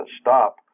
stop